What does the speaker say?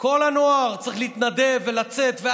כל הנוער צריך להתנדב ולצאת,